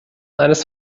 eines